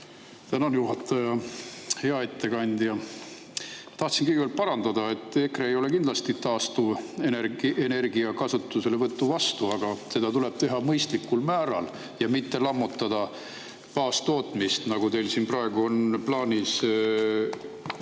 Tänan, juhataja! Hea ettekandja! Ma tahtsin kõigepealt parandada, et EKRE ei ole kindlasti taastuvenergia kasutuselevõtu vastu, aga seda tuleb teha mõistlikul määral ja mitte lammutada baastootmist, nagu teil siin praegu on plaanis